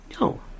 No